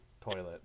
Toilet